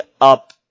up